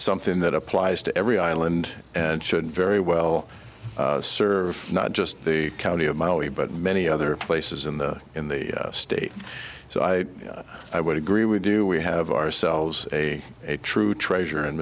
something that applies to every island and should very well serve not just the county of my only but many other places in the in the state so i i would agree with do we have ourselves a true treasure and